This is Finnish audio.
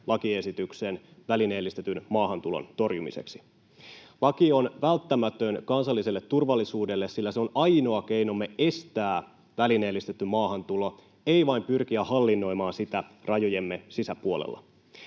lakiesityksen välineellistetyn maahantulon torjumiseksi. Laki on välttämätön kansalliselle turvallisuudelle, sillä se on ainoa keinomme estää välineellistetty maahantulo, ei vain pyrkiä hallinnoimaan sitä rajojemme sisäpuolella.